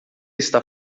está